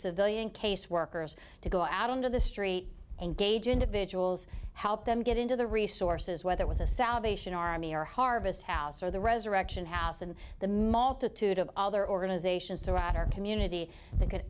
civilian caseworkers to go out into the street and gauge individuals help them get into the resources whether it was a salvation army or harvest house or the resurrection house and the multitude of other organizations throughout our community that could